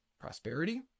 Prosperity